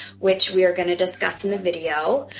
which we are gonna discuss in the video.